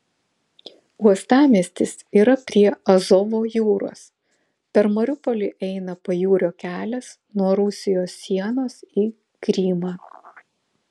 uostamiestis yra prie azovo jūros per mariupolį eina pajūrio kelias nuo rusijos sienos į krymą